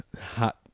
hot